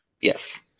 Yes